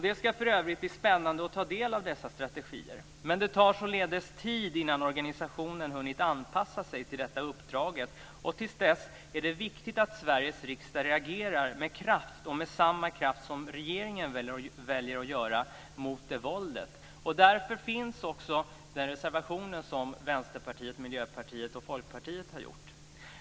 Det ska för övrigt bli spännande att ta del av dessa strategier. Det tar således tid innan organisationen hunnit anpassa sig till uppdraget. Till dess är det viktigt att Sveriges riksdag reagerar med samma kraft som regeringen väljer att göra mot våldet. Därför finns också den reservation som Vänsterpartiet, Miljöpartiet och Folkpartiet har gjort.